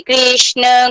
Krishna